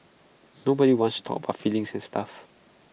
nobody wants talk about feelings and stuff